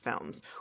films